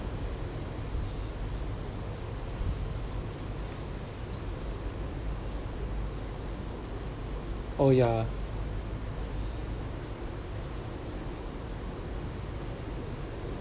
oh ya